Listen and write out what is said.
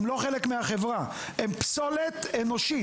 הם לא חלק מהחברה הם פסולת אנושית,